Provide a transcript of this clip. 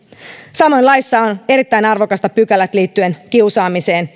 samoin laissa on erittäin arvokasta pykälät liittyen kiusaamiseen